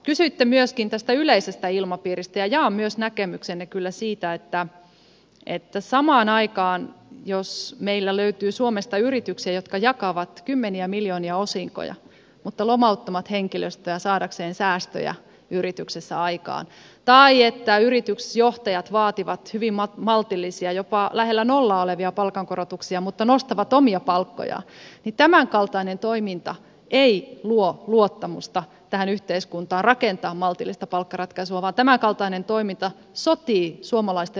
kysyitte myöskin tästä yleisestä ilmapiiristä ja jaan myös näkemyksenne kyllä siitä että jos samaan aikaan meillä löytyy suomesta yrityksiä jotka jakavat osinkoja kymmeniä miljoonia mutta lomauttavat henkilöstöä saadakseen säästöjä yrityksessä aikaan tai jos yritysjohtajat vaativat hyvin maltillisia jopa lähellä nollaa olevia palkankorotuksia mutta nostavat omia palkkojaan niin tämänkaltainen toiminta ei luo luottamusta tähän yhteiskuntaan rakentaa maltillista palkkaratkaisua vaan tämänkaltainen toiminta sotii suomalaisten oikeudentuntoa vastaan